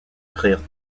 prirent